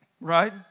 Right